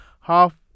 half